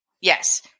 Yes